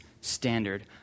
standard